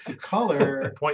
color